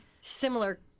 similar